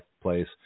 Place